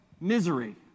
misery